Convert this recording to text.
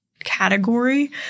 category